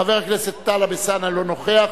חבר הכנסת טלב אלסאנע לא נוכח,